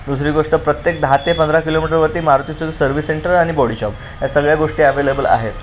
दुसरी गोष्ट प्रत्येक दहा ते पंधरा किलोमीटरवरती मारुतीचं सर्व्हिस सेंटर आणि बॉडीशॉप या सगळ्या गोष्टी ॲवेलेबल आहेत